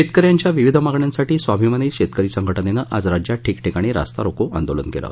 शेतकऱ्यांच्या विविध मागण्यांसाठी स्वाभिमानी शेतकरी संघटनेने आज राज्यात ठिकठिकाणी रास्ता रोको आंदोलन केलं